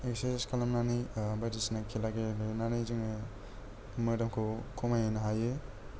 exercise खालाम नानै बायदिसिना खेला गेलेनानै जोङो मोदोमखौ खमाय होनो हायो